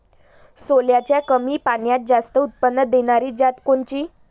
सोल्याची कमी पान्यात जास्त उत्पन्न देनारी जात कोनची?